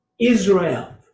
Israel